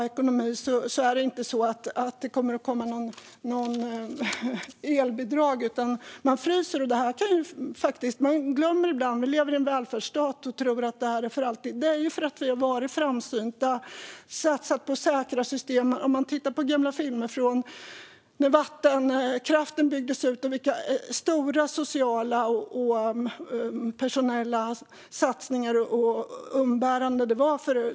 Det är inte så att det kommer ett elbidrag om man inte har en bra ekonomi, utan man får frysa. Vi glömmer det här ibland. Vi lever i en välfärdsstat och tror att den finns för alltid. Det är för att vi har varit framsynta och satsat på säkra system. Om man tittar på gamla filmer från när vattenkraften byggdes ut ser man vilka stora satsningar som gjordes och vilka sociala och personella umbäranden det var.